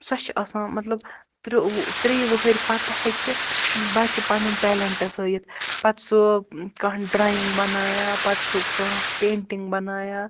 سۄ چھِ آسان مطلب ترٛہ ٲں ترٛیٚیہِ وہٕرۍ پَتہٕ ہیٚکہِ بَچہِ پَنُن ٹیلیٚنٛٹ ہٲیِتھ پَتہٕ سُہ ٲں کانٛہہ ڈرٛایِنٛگ بَنایا پَتہٕ سُہ کانٛہہ پینٹِنٛگ بَنایا